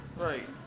right